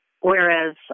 whereas